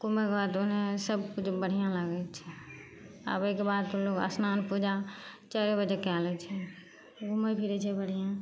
घुमैके बाद ओन्ने सबकिछु बढ़िआँ लागै छै आबैके बाद लोक अस्नान पूजा चारिए बजे कै लै छै घुमै फिरै छै बढ़िआँ